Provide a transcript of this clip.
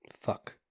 Fuck